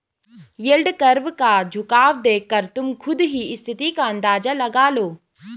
yield curve का झुकाव देखकर तुम खुद ही स्थिति का अंदाजा लगा लो